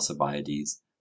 alcibiades